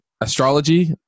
astrology